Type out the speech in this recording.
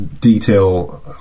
detail